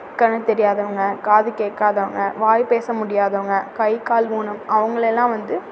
கண் தெரியாதவங்க காது கேட்காதவங்க வாய் பேச முடியாதவங்க கை கால் ஊனம் அவங்கள எல்லாம் வந்து